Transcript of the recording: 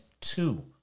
Two